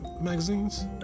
Magazines